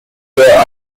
player